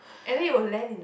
and then it will land in the